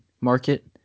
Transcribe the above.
market